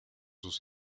sus